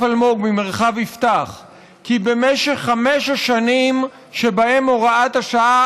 אלמוג ממרחב יפתח כי במשך חמש השנים שבהן הוראת השעה